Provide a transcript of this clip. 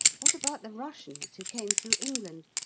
what about the russians who came through england?